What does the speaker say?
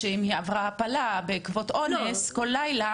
אם היא עברה הפלה בעקבות אונס מדי לילה